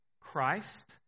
Christ